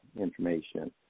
information